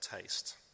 taste